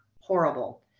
horrible